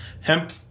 hemp